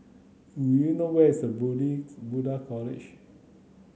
do you know where is a Buddhist College